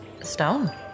Stone